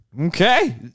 Okay